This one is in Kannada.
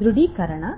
ಧೃಢೀಕರಣವು